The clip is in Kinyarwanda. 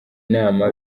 nama